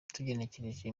tugenekereje